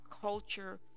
culture